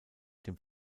dem